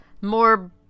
more